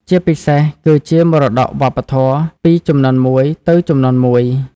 ជាពិសេសគឺជាមរតកវប្បធម៌ ពីជំនាន់មួយទៅជំនាន់មួយ។